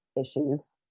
issues